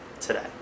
today